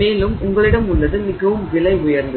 மேலும் உங்களிடம் உள்ளது மிகவும் விலை உயர்ந்தது